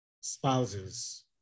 spouses